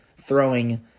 throwing